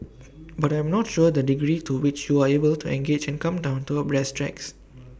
but I'm not sure the degree to which you are able to engage and come down to A brass tacks